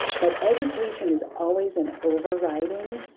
but education is always an overriding